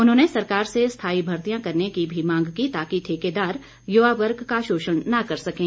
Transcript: उन्होंने सरकार से स्थाई भर्तियां करने की भी मांग की ताकि ठेकेदार युवा वर्ग का शोषण न कर सकें